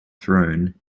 throne